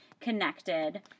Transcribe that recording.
connected